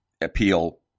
appeal